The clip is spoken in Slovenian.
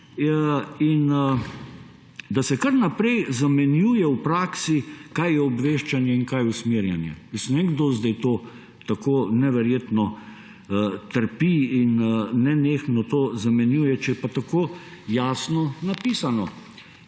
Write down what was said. da se kar naprej zamenjuje v praksi, kaj je obveščanje in kaj usmerjanje. Jaz ne vem, kdo zdaj to tako neverjetno trpi in nenehno to zamenjuje, če je pa tako jasno napisano.